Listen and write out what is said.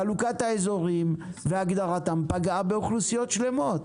חלוקת האזורים והגדרתם פגעה באוכלוסיות שלמות.